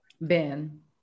ben